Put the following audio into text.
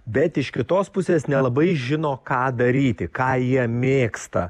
bet iš kitos pusės nelabai žino ką daryti ką jie mėgsta